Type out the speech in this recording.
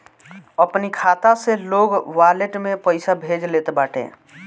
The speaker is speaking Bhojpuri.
अपनी खाता से लोग वालेट में पईसा भेज लेत बाटे